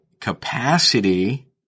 capacity